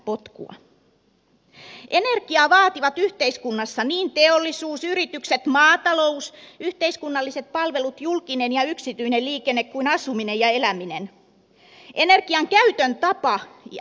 energiaa vaativat yhteiskunnassa niin teollisuus yritykset maatalous yhteiskunnalliset palvelut julkinen ja yksityinen liikenne kuin asuminen ja eläminen